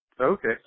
Okay